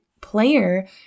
player